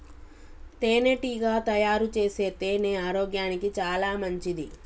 తేనెటీగ తయారుచేసే తేనె ఆరోగ్యానికి చాలా మంచిది